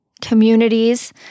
communities